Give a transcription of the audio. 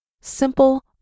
simple